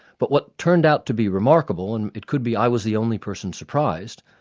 but what turned out to be remarkable, and it could be i was the only person surprised,